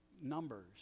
numbers